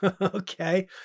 Okay